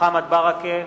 מוחמד ברכה,